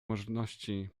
możności